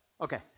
Okay